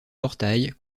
portails